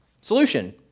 Solution